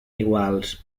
iguals